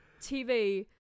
tv